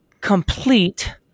complete